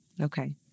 Okay